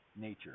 nature